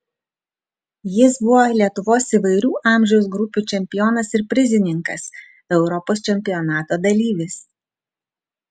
jis buvo lietuvos įvairių amžiaus grupių čempionas ir prizininkas europos čempionato dalyvis